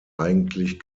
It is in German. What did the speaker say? eigentlich